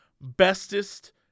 bestest